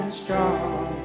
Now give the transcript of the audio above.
strong